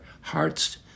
hearts